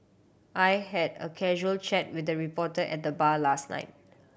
I had a casual chat with the reporter at the bar last night